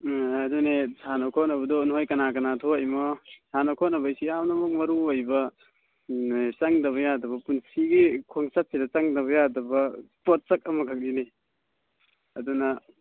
ꯎꯝ ꯑꯗꯨꯅꯦ ꯁꯥꯟꯅ ꯈꯣꯠꯅꯕꯗꯣ ꯅꯣꯏ ꯀꯅꯥ ꯀꯅꯥ ꯊꯣꯛꯏꯃꯣ ꯁꯥꯟꯅ ꯈꯣꯠꯅꯕ ꯍꯥꯏꯁꯤ ꯌꯥꯝꯅꯃꯛ ꯃꯔꯨ ꯑꯣꯏꯕ ꯆꯪꯗꯕ ꯌꯥꯗꯕ ꯄꯨꯟꯁꯤꯒꯤ ꯈꯣꯡꯆꯠꯁꯤꯗ ꯆꯪꯗꯕ ꯌꯥꯗꯕ ꯄꯣꯠꯁꯛ ꯑꯃ ꯈꯛꯅꯤꯅꯦ ꯑꯗꯨꯅ